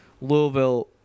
Louisville